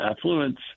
affluence